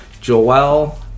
joel